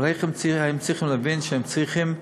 אבל הם צריכים להבין שהם צריכים